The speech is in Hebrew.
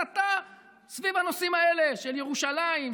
בדיוק על הסתה סביב הנושאים האלה של ירושלים,